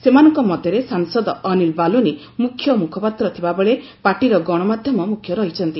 ସେମାନଙ୍କ ମଧ୍ୟରେ ସାଂସଦ ଅନୀଲ ବାଲୁନି ମୁଖ୍ୟ ମୁଖପାତ୍ର ଥିବା ବେଳେ ପାର୍ଟିର ଗଣମାଧ୍ୟ ମୁଖ୍ୟ ରହିଛନ୍ତି